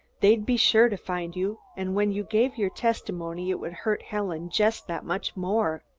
they'd be sure to find you, and when you gave your testimony, it would hurt helen just that much more.